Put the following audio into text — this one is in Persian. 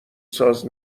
ساز